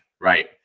right